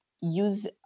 use